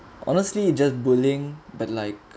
honestly it just bullying but like